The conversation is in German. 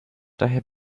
daher